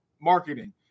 marketing